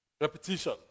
Repetition